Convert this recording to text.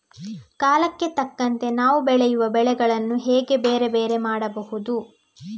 ಕಾಲಕ್ಕೆ ತಕ್ಕಂತೆ ನಾವು ಬೆಳೆಯುವ ಬೆಳೆಗಳನ್ನು ಹೇಗೆ ಬೇರೆ ಬೇರೆ ಮಾಡಬಹುದು?